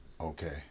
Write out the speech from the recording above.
Okay